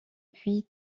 puis